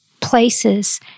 places